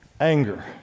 anger